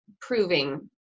proving